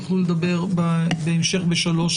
יוכלו לדבר בדיון הבא.